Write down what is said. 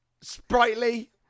sprightly